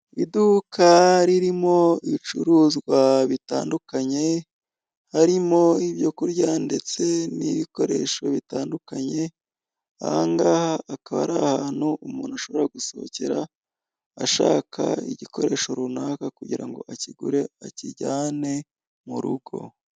Iduka ririmo ibicuruzwa bitandukanye, harimo ibyo kurya ndetse n'ibikoresho bitandukanye, ahangaha akaba ari ahantu umuntu ashobora gusohokera ashaka igikoresho runaka, kugira ngo akigure, akijyane mu rugo.